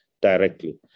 directly